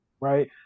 right